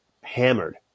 hammered